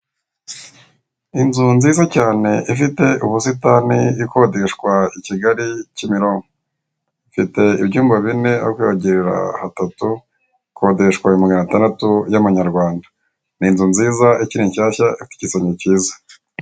Inzu nziza cyane ifite ubusitani ikodeshwa i Kigali Kimironko ifite ibyumba bine aho kwogerara hatatu ikodeshwa ibihumbi maganatandatu y'amanyarwanda, ni inzu nziza ikiri nshyashya ifite igisenge cyiza.